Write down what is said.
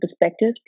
perspective